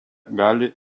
gali